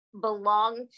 belong